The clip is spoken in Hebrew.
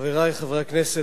חברי חברי הכנסת,